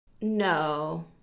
No